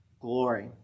glory